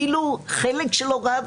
אפילו חלק של הוראה,